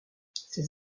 ses